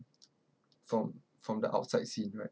from from the outside scene right